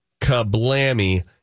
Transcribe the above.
kablammy